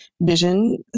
vision